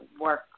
work